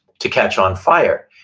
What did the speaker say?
to catch on fire.